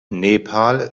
nepal